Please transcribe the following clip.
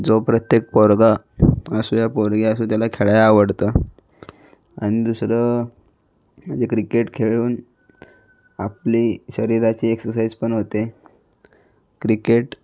जो प्रत्येक पोरगा असू द्या पोरगी असू द्या त्याला खेळायला आवडतं आणि दुसरं म्हणजे क्रिकेट खेळून आपली शरीराची एक्सरसाइज पण होते क्रिकेट